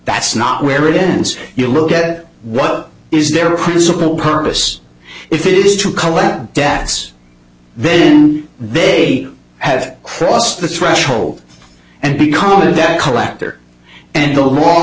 that's not where it ends you look at what is their principal purpose if it is to collect debts then they have crossed the threshold and become a debt collector and the law